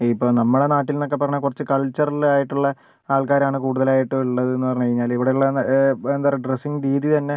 ഇപ്പോൾ നമ്മുടെ നാട്ടിൽ എന്നൊക്കെ പറഞ്ഞാൽ കുറച്ച് കൾച്ചറൽ ആയിട്ടുള്ള ആൾക്കാരാണ് കൂടുതലായിട്ടും ഉള്ളത് എന്ന് പറഞ്ഞ് കഴിഞ്ഞാല് ഇവിടുള്ള എന്താ പറയുക ഡ്രസ്സിംഗ് രീതി തന്നെ